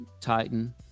titan